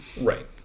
Right